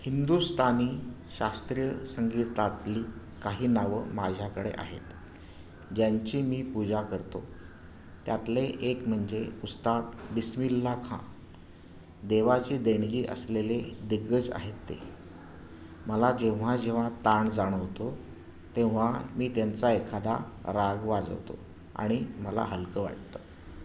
हिंदुस्तानी शास्त्रीय संगीतातली काही नावं माझ्याकडे आहेत ज्यांची मी पूजा करतो त्यातले एक म्हणजे उस्ताद बिसमिल्ला खां देवाची देणगी असलेले दिग्गज आहेत ते मला जेव्हा जेव्हा ताण जाणवतो तेव्हा मी त्यांचा एखादा राग वाजवतो आणि मला हलकं वाटतं